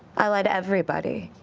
i lie to everybody,